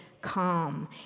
calm